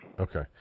Okay